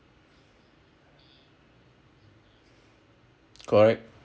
correct